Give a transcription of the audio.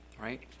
right